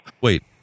Wait